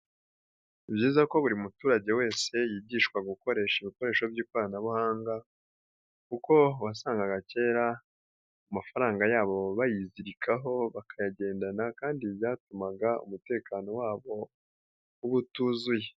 Ni byiza ko buri muturage wese yigishwa gukoresha ibikoresho by'ikoranabuhanga kuko wasangaga kera amafaranga yabo bayizirikaho, bakayagendana kandi byatumaga umutekano wabo uba utuzuye.